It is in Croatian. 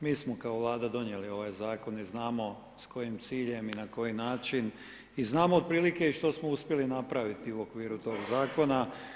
Mi smo kao Vlada donijeli ovaj zakon i znamo s kojim ciljem i na koji način i znamo otprilike i što smo uspjeli napraviti u okviru tog zakona.